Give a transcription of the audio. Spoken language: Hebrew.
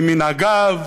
ממנהגיו,